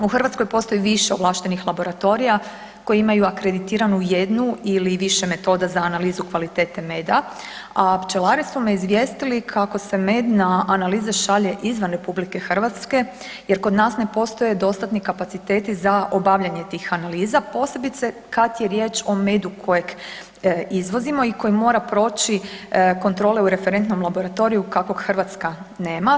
U Hrvatskoj postoji više ovlaštenih laboratorija koji imaju akreditiranu jednu ili više metoda za analizu kvalitete meda, a pčelari su me izvijestili kako se med na analize šalje izvan RH jer kod nas ne postoje dostatni kapaciteti za obavljanje tih analiza, posebice kad je riječ o medu kojeg izvozimo i koje mora proći kontrole u referentnom laboratoriju kakvog Hrvatska nema.